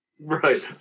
Right